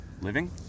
Living